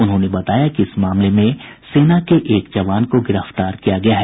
उन्होंने बताया कि इस मामले में सेना के एक जवान को गिरफ्तार किया गया है